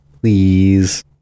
Please